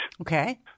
Okay